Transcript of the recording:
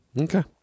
Okay